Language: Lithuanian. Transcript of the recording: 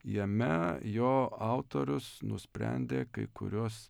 jame jo autorius nusprendė kai kuriuos